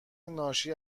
ناشی